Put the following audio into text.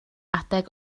adeg